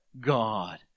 God